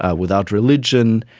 ah without religion,